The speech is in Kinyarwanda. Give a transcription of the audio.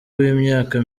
w’imyaka